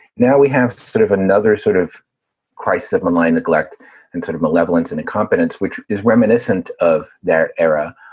now we have sort of another sort of crisis of a mind neglect and sort of malevolence and incompetence, which is reminiscent of that era.